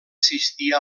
assistir